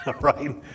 right